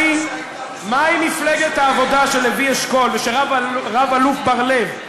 מהי מפלגת העבודה של לוי אשכול ושל רב-אלוף בר-לב,